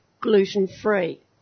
gluten-free